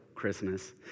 Christmas